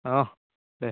অঁ দে